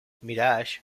mirage